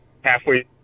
halfway